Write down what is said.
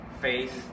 face